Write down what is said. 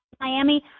Miami